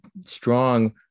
strong